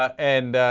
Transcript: and